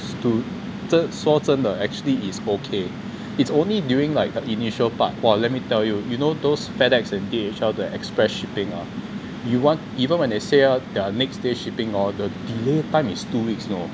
stood 说真的 actually it's okay it's only during like the initial part !wah! let me tell you you know those fedex and D_H_L the express shipping ah you want even when they say their next day shipping hor the delay time is two weeks you know